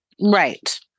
Right